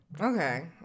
Okay